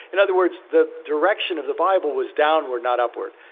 in other words, the direction of the bible was downward, not upward.